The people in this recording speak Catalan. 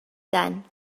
tant